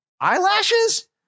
eyelashes